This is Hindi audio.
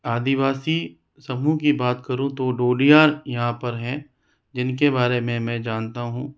आदिवासी समूह की बात करूँ तो डोलिया यहाँ पर है जिनके बारे में मैं जानता हूँ